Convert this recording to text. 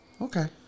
okay